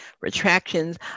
retractions